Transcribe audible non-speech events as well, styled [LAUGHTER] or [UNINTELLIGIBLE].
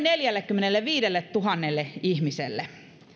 [UNINTELLIGIBLE] neljällekymmenelleviidelletuhannelle ihmiselle